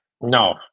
no